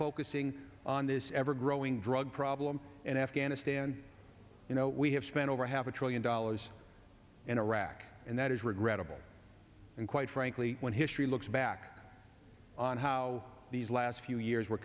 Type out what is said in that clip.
focusing on this ever growing drug problem in afghanistan you know we have spent over half a trillion dollars in iraq and that is regrettable and quite frankly when history looks back on how these last few years were